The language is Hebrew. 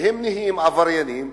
הופכים לעבריינים,